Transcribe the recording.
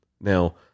Now